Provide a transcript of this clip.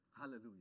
Hallelujah